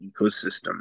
ecosystem